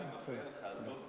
סליחה שאני מפריע לך.